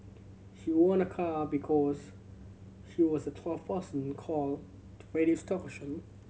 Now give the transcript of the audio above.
she won a car because she was the twelfth person call